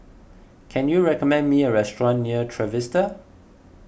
can you recommend me a restaurant near Trevista